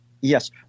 Yes